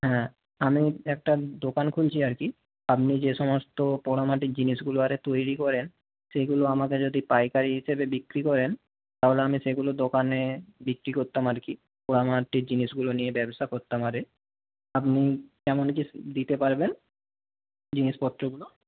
হ্যাঁ আমি একটা দোকান খুলছি আর কি আপনি যে সমস্ত পোড়া মাটির জিনিসগুলো আরে তৈরি করেন সেইগুলো আমাকে যদি পাইকারি হিসেবে বিক্রি করেন তাহলে আমি সেগুলো দোকানে বিক্রি করতাম আর কি পোড়া মাটির জিনিসগুলো নিয়ে ব্যবসা করতাম আরে আপনি কেমন কী দিতে পারবেন জিনিসপত্রগুলো